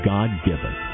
God-given